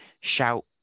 shout